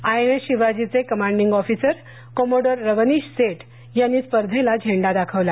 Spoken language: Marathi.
आय एन एस शिवाजी चे commanding officer commodore Ravnish Seth यांनी स्पर्धेला झेंडा दाखवला